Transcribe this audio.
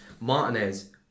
Martinez